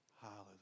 Hallelujah